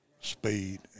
speed